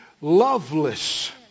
loveless